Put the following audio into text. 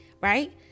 right